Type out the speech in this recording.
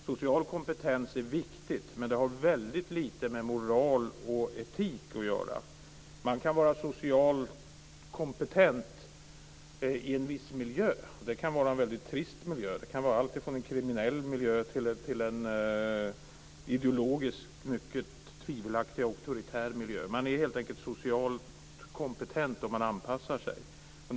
Social kompetens är viktigt, men det har väldigt lite med moral och etik att göra. Man kan vara socialt kompetent i en viss miljö, och det kan vara en väldigt trist miljö. Det kan vara alltifrån en kriminell miljö till en ideologiskt mycket tvivelaktig, auktoritär miljö. Man är helt enkelt socialt kompetent om man anpassar sig.